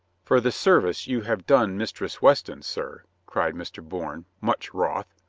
for the service you have done mistress weston, sir, cried mr. bourne, much wroth,